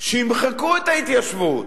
שימחקו את ההתיישבות,